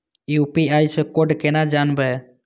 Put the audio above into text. UPI से code केना जानवै?